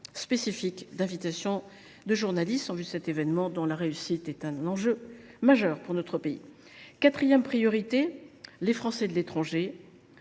spécifique d’invitation de journalistes en vue de cet événement dont la réussite est un enjeu majeur pour notre pays. Quatrièmement, nous continuerons